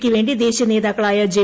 ക്കുവേണ്ടി ദേശീയ നേതാക്കളായ ജെ